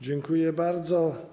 Dziękuję bardzo.